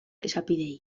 esapideei